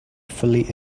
fully